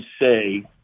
say